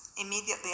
immediately